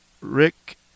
Rick